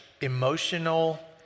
emotional